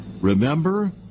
Remember